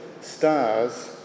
stars